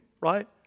right